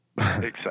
exciting